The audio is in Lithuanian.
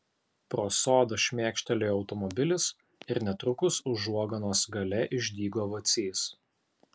pro sodą šmėkštelėjo automobilis ir netrukus užuoganos gale išdygo vacys